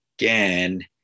again